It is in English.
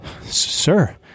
Sir